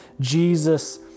Jesus